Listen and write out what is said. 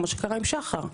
כמו שקרה עם שחר.